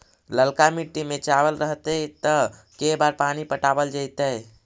ललका मिट्टी में चावल रहतै त के बार पानी पटावल जेतै?